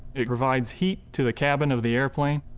it provides heat to the cabin of the airplane.